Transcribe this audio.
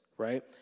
right